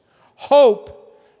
Hope